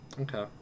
Okay